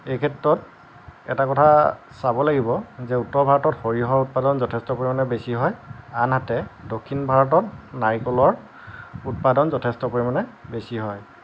এইক্ষেত্ৰত এটা কথা চাব লাগিব যে উত্তৰ ভাৰতত সৰিয়হৰ উৎপাদন যথেষ্ট পৰিমাণে বেছি হয় আনহাতে দক্ষিণ ভাৰতত নাৰিকলৰ উৎপাদন যথেষ্ট পৰিমাণে বেছি হয়